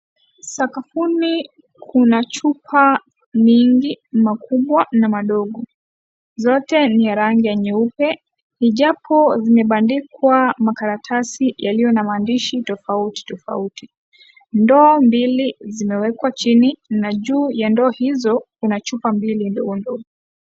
Sakafuni kuna chupa mingi makubwa na madogo. Zote ni ya rangi ya nyeupe, ijapo zimebandikwa makaratasi yaliyo na maandishi tofauti tofauti. Ndoo mbili zimewekwa chini, na juu ya ndoo hizo kuna chupa mbili ndogo ndogo.